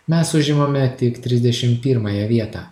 mes užimame tik trisdešim pirmąją vietą